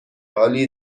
عالی